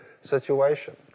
situation